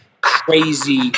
crazy